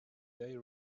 they